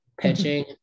pitching